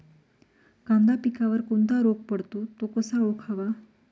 कांदा पिकावर कोणता रोग पडतो? तो कसा ओळखावा?